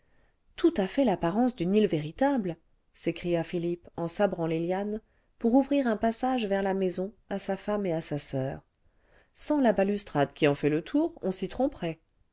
tout à fait l'apparence d'une île véritable s'écria philippe en sabrant les lianes pour ouvrir un passage vers la maison à sa femme et à sa soeur sans la balustrade qui en fait le tour on s'y tromperait